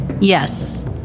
Yes